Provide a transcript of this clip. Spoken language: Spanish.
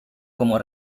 como